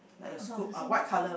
about the same